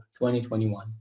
2021